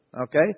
okay